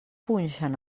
punxen